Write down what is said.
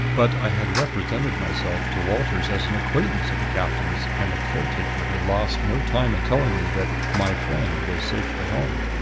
but i had represented myself to walters as an acquaintance of the captain's and the caretaker had lost no time in telling me that my friend was safely home.